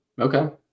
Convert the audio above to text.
Okay